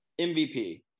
mvp